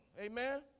amen